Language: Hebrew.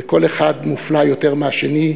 וכל אחד מופלא יותר מהשני,